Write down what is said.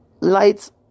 Lights